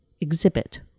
exhibit